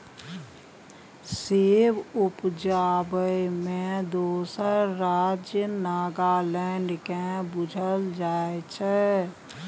सेब उपजाबै मे दोसर राज्य नागालैंड केँ बुझल जाइ छै